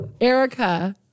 Erica